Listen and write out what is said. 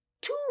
Two